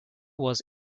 was